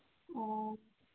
ꯑꯣ